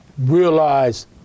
realize